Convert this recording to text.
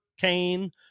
Cain